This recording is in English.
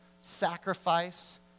sacrifice